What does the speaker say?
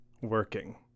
working